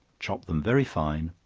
chop them very fine,